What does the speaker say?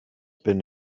bin